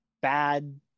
bad